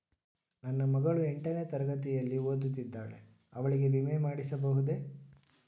ನನ್ನ ಮಗಳು ಎಂಟನೇ ತರಗತಿಯಲ್ಲಿ ಓದುತ್ತಿದ್ದಾಳೆ ಅವಳಿಗೆ ವಿಮೆ ಮಾಡಿಸಬಹುದೇ?